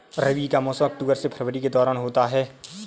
रबी का मौसम अक्टूबर से फरवरी के दौरान होता है